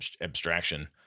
abstraction